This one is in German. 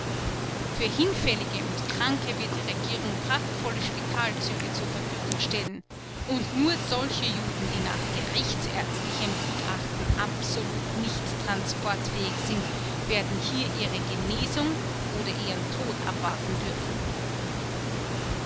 für hinfällige und kranke wird die regierung prachtvolle spitalzüge zur verfügung stellen und nur solche juden die nach gerichtsärztlichem gutachten absolut nicht transportfähig sind werden hier ihre genesung oder ihren tod abwarten dürfen